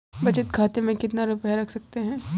बचत खाते में कितना रुपया रख सकते हैं?